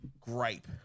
gripe